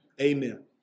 Amen